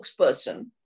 spokesperson